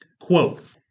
Quote